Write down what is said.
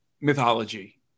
mythology